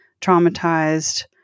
traumatized